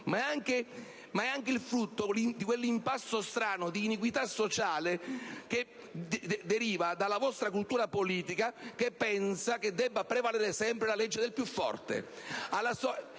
ma è anche il frutto di quell'impasto strano di iniquità sociale derivante dalla vostra cultura politica, che ritiene debba prevalere sempre la legge del più forte,